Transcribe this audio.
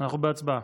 אנחנו בהצבעה.